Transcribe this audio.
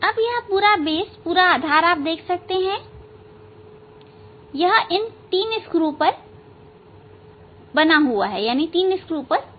अब यह पूरा आधार आप देख सकते हैं यह तीन स्क्रू पर है